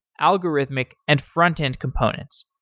algorithmic, and frontend component.